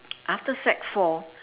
after sec four